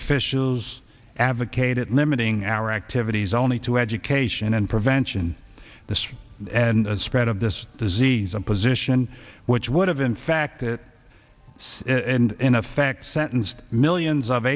officials advocated limiting our activities only to education and prevention the spread of this disease a position which would have in fact say in effect sentenced millions of